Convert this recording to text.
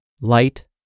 light